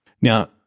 Now